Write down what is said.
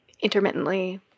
intermittently